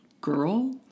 girl